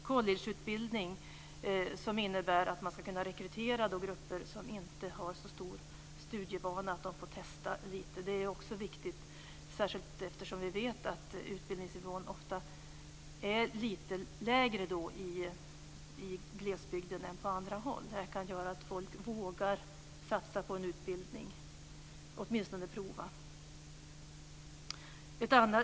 Collegeutbildning gör att man kan rekrytera grupper som inte har så stor studievana. Att de får möjlighet att testa detta är viktigt, särskilt eftersom vi vet att utbildningsnivån ofta är lite lägre i glesbygden än på andra håll. Nätuniversitetet kan göra att människor vågar satsa på en utbildning eller åtminstone prova på en sådan.